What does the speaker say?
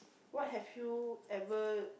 what have you ever